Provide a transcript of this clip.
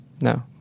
No